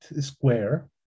square